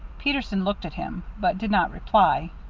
peterson looked at him, but did not reply.